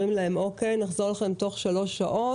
אומרים להם: נחזור אליכם תוך שלוש שעות,